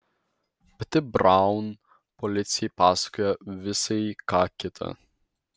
pati braun policijai pasakoja visai ką kitą